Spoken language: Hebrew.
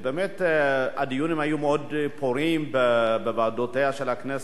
באמת הדיונים היו מאוד פוריים בוועדותיה של הכנסת,